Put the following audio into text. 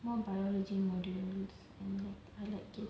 more biology module and I I like it